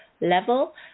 level